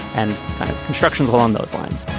and construction along those lines.